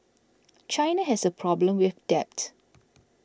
China has a problem with debt